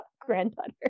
granddaughter